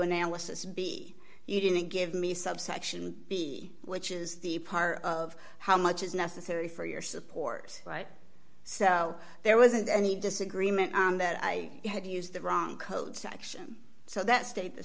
analysis b you didn't give me subsection b which is the part of how much is necessary for your support right so there wasn't any disagreement on that i have used the wrong code section so that stayed the